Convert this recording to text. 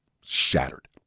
Shattered